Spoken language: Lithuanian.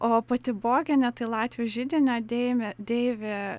o pati bogenė tai latvių židinio deimė deivė